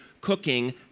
cooking